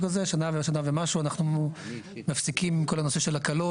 שנה ומשהו אנחנו מפסיקים עם כל הנושא של הקלות,